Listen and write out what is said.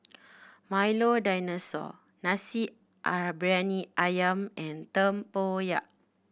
Milo Dinosaur nasi ah briyani ayam and tempoyak